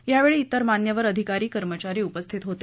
यावेळी तिर मान्यवर अधिकारी कर्मचारी उपस्थित होते